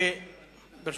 ברשותכם,